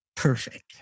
perfect